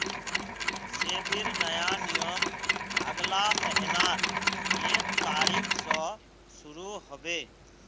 सेबीर नया नियम अगला महीनार एक तारिक स शुरू ह बे